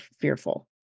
fearful